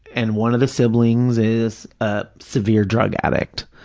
and one of the siblings is a severe drug addict.